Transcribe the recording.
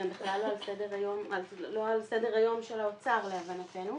והם בכלל לא על סדר היום של האוצר, להבנתנו.